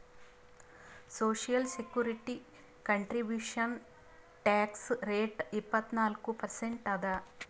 social security contribution tax rate ಇಪ್ಪತ್ನಾಲ್ಕು percent ಅದ